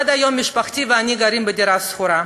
עד היום משפחתי ואני גרים בדירה שכורה,